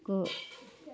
गु